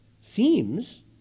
seems